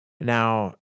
now